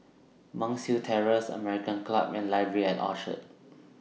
Monk's Hill Terrace American Club and Library At Orchard